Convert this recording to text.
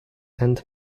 and